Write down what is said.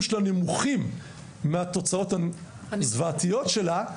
שלה נמוכים מהתוצאות הזוועתיות שלה,